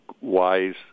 wise